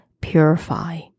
purify